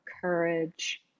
courage